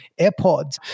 AirPods